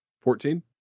Fourteen